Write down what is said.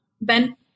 Ben